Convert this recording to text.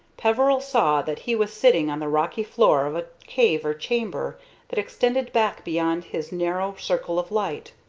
peveril saw that he was sitting on the rocky floor of a cave or chamber that extended back beyond his narrow circle of light.